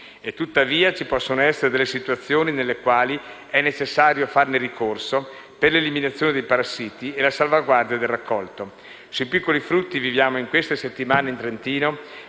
Tuttavia, ci possono essere delle situazioni nelle quali bisogna farvi ricorso per l'eliminazione dei parassiti e la salvaguardia del raccolto. Sui piccoli frutti viviamo in queste settimane in Trentino